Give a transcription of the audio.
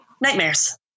Nightmares